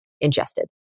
ingested